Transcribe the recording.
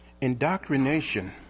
Indoctrination